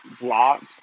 blocked